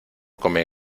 come